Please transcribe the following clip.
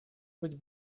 быть